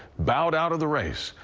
bowed out of the race.